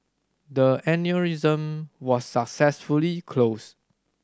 the aneurysm was successfully closed